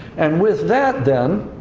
and with that, then,